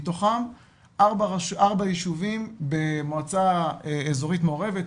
מתוכן ארבעה ישובים במועצה אזורית מעורבת,